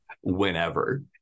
whenever